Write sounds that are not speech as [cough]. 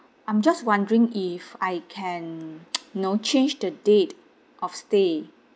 I'm just wondering if I can [noise] you know change the date of stay